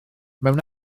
mewn